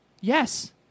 Yes